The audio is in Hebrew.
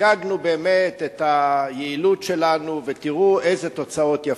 חגגנו באמת את היעילות שלנו ותראו איזה תוצאות יפות.